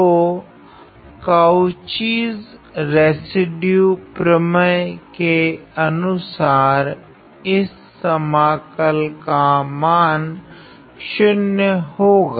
तो Cauchy's residue प्रमेय के अनुसार इस समाकल का मान 0 होगा